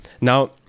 Now